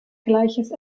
gleiches